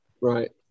right